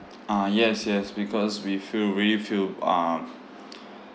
ah yes yes because we feel really feel uh